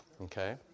Okay